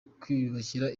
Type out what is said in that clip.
kwiyubakira